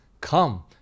Come